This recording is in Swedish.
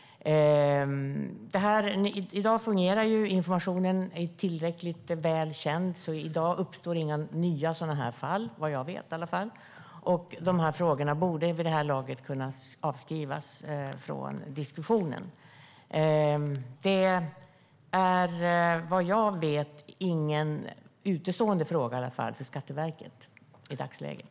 I dag fungerar informationen. Det är tillräckligt väl känt. I dag uppstår inte några nya sådana här fall, i varje fall vad jag vet. Frågorna borde vid det här laget kunna avskrivas. Det är vad jag vet i varje fall inte någon utestående fråga för Skatteverket i dagsläget.